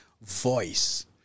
voice